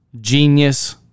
Genius